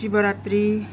शिव रात्री